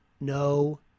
No